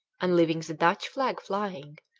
and leaving the dutch flag flying,